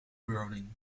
browning